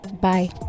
Bye